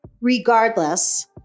regardless